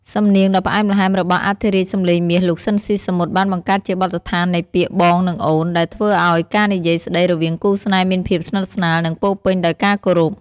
សំនៀងដ៏ផ្អែមល្ហែមរបស់អធិរាជសម្លេងមាស លោក ស៊ីន ស៊ីសាមុត បានបង្កើតជាបទដ្ឋាននៃពាក្យ "បង" និង "អូន" ដែលធ្វើឱ្យការនិយាយស្តីរវាងគូស្នេហ៍មានភាពស្និទ្ធស្នាល និងពោរពេញដោយការគោរព។